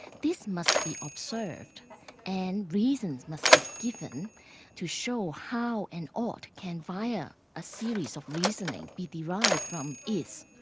this must be observed and reasons must be given to show how an ought can, via a series of reasoning, be derived from is.